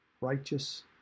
righteous